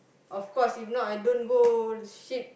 of course if not I don't go shit